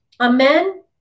Amen